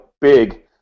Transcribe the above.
big